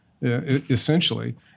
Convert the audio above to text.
Essentially